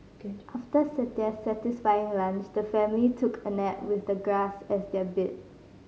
after their satisfying lunch the family took a nap with the grass as their bed